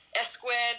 S-squared